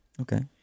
Okay